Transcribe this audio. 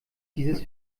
dieses